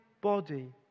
body